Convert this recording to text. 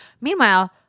meanwhile